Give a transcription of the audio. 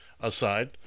aside